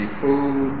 food